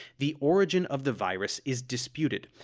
the origin of the virus is disputed,